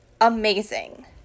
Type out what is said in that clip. Amazing